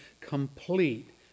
complete